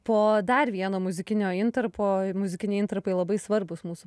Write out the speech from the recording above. po dar vieno muzikinio intarpo muzikiniai intarpai labai svarbūs mūsų